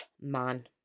man